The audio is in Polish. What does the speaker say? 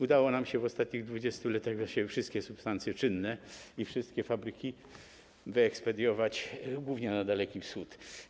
Udało nam się w ostatnich 20 latach właściwie wszystkie substancje czynne i wszystkie fabryki wyekspediować głównie na Daleki Wschód.